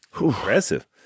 Impressive